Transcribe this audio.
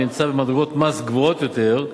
הנמצא במדרגות מס גבוהות יותר,